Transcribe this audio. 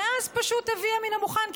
ואז פשוט הביאה מן המוכן,